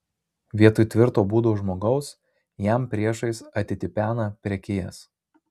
vietoj tvirto būdo žmogaus jam priešais atitipena prekijas